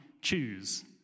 choose